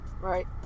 Right